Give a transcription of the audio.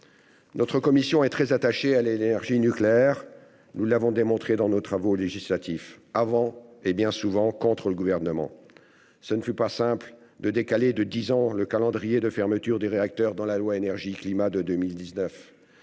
Notre commission est très attachée à l'énergie nucléaire. Nous l'avons démontré dans nos travaux législatifs, avant et bien souvent contre le Gouvernement. Ce ne fut pas simple de décaler de dix ans le calendrier de fermeture des réacteurs dans le cadre de la loi Énergie-climat de 2019.